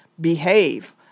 behave